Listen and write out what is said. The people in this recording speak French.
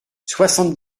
soixante